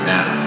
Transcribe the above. Now